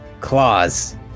claws